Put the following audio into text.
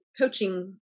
coaching